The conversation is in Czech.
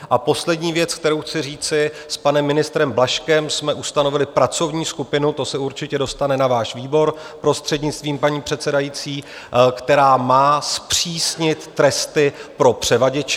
A poslední věc, kterou chci říci: s panem ministrem Blažkem jsme ustanovili pracovní skupinu, to se určitě dostane na váš výbor prostřednictvím paní předsedající, která má zpřísnit tresty pro převaděče.